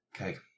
Okay